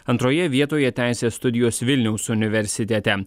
antroje vietoje teisės studijos vilniaus universitete